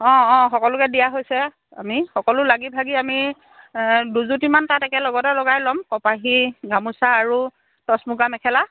অঁ অঁ সকলোকে দিয়া হৈছে আমি সকলো লাগি ভাগি আমি দুজুতিমান তাঁত একেলগতে লগাই ল'ম কপাহী গামোচা আৰু টচ মুগাৰ মেখেলা